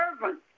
servant